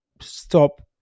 stop